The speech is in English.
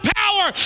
power